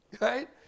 right